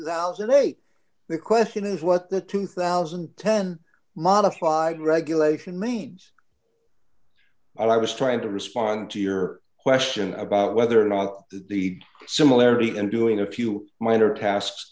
thousand and eight the question is what the two thousand and ten modified regulation means i was trying to respond to your question about whether or not the similarity and doing a few minor tasks